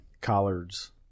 collards